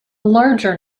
larger